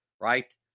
right